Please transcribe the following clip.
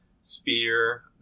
spear